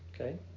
Okay